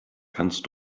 kannst